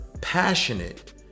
passionate